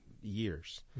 years